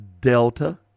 Delta